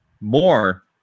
more